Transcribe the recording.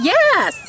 Yes